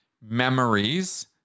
memories